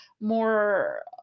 more